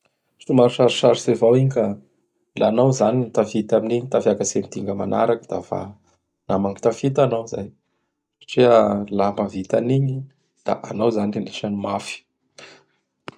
Somary sarotsarotsy avo igny ka. Laha anao zany tafita amin'igny tafiakatsy am dinga manaraky dafa naman'gny tafita anao zay satria laha mahavita an'igny da anao zany anisan'ny mafy.